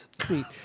Sweet